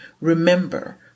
Remember